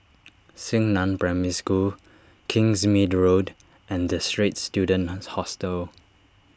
Xingnan Primary School Kingsmead Road and the Straits Students Hostel